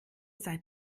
seid